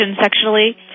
sexually